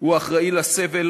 הוא אחראי לסבל